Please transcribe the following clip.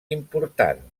important